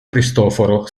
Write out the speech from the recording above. cristoforo